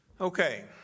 okay